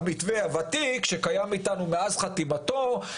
המתווה הוותיק שקיים איתנו מאז חתימתו,